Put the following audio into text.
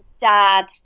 dad